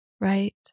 right